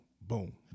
boom